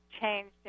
changed